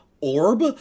orb